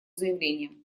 заявление